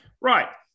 Right